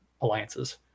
alliances